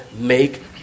make